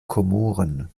komoren